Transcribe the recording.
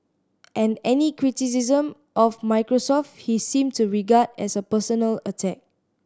and any criticism of Microsoft he seemed to regard as a personal attack